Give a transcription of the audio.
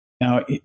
now